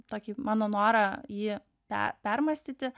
tokį mano norą jį pe permąstyti